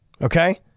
Okay